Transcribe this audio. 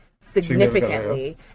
significantly